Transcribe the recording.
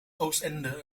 oostende